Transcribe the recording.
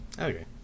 Okay